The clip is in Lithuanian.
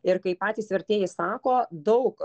ir kaip patys vertėjai sako daug